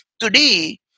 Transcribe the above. Today